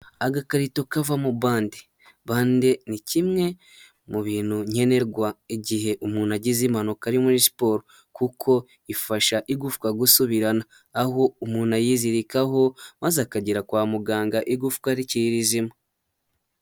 Agakarito kavamo bande, bande ni kimwe mu bintu nkenerwa igihe umuntu agize impanuka ari muri siporo kuko ifasha igufwa gusubirana, aho umuntu ayizirikaho maze akagera kwa muganga igufwa rikiri rizima.